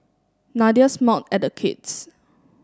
Nadia smiled at the kids